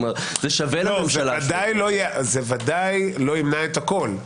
זה ודאי לא ימנע הכול.